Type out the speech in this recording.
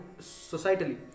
societally